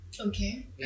Okay